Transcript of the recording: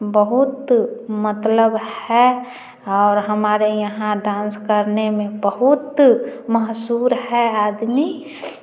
बहुत मतलब है और हमारे यहाँ डांस करने में बहुत मशहूर है आदमी